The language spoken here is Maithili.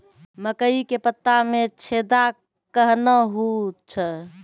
मकई के पत्ता मे छेदा कहना हु छ?